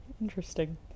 interesting